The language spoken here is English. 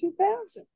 2000